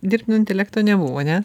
dirbtinio intelekto nebuvo ne